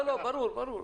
ברור.